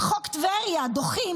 את חוק טבריה דוחים,